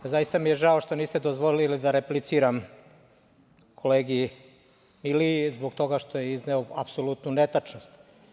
Zaista mi je žao što niste dozvolili da repliciram kolegi Iliji zbog toga što je izneo apsolutnu netačnost.